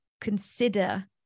consider